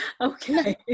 okay